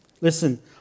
Listen